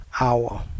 hour